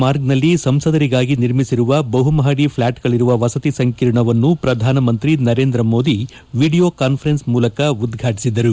ಮಾರ್ಗ್ನಲ್ಲಿ ಸಂಸದರಿಗಾಗಿ ನಿರ್ಮಿಸಿರುವ ಬಹುಮಹದಿ ಫ್ವಾಟ್ಗಳಿರುವ ವಸತಿ ಸಂಕೀರ್ಣವನ್ನು ಪ್ರಧಾನಮಂತ್ರಿ ನರೇಂದ್ರ ಮೋದಿ ವೀಡಿಯೊ ಕಾನ್ಸರೆನ್ಸ್ ಮೂಲಕ ಉದ್ಘಾಟಿಸಿದರು